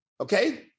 Okay